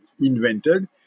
invented